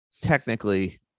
technically